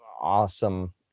awesome